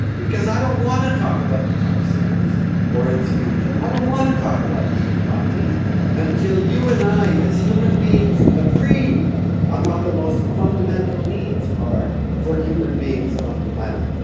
because i don't want to talk about the tar sands or its future, i don't want to talk about the economy until you and i as human beings agree on what the most fundamental needs are for human beings on the planet.